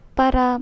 para